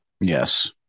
Yes